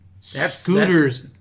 scooters